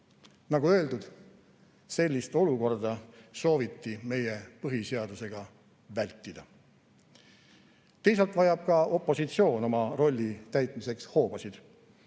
Nagu öeldud, sellist olukorda sooviti meie põhiseadusega vältida. Teisalt vajab ka opositsioon oma rolli täitmiseks hoobasid,